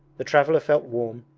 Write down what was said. the traveller felt warm,